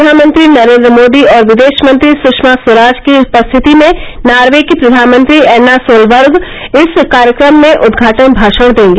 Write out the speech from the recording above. प्रधानमंत्री नरेन्द्र मोदी और विदेश मंत्री सुषमा स्वराज की उपस्थिति में नार्वे की प्रधानमंत्री एर्ना सोलबर्ग इस कार्यक्रम में उदघाटन भाषण देंगी